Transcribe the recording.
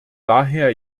daher